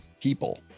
people